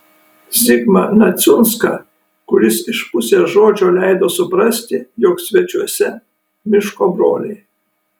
zigmą neciunską kuris iš pusės žodžio leido suprasti jog svečiuose miško broliai